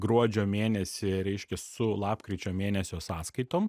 gruodžio mėnesį reiškia su lapkričio mėnesio sąskaitom